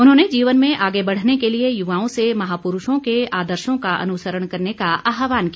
उन्होंने जीवन में आगे बढ़ने के लिए युवाओं से महापुरूषों के आदर्शो का अनुसरण करने का आहवान किया